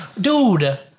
Dude